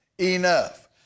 enough